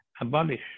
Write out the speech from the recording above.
abolish